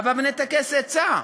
הבה ונטכס עצה,